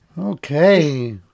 Okay